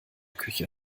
küche